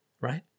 Right